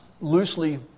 loosely